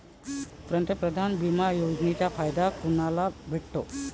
पंतप्रधान बिमा योजनेचा फायदा कुनाले भेटतो?